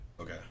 okay